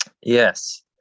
yes